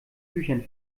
büchern